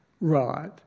Right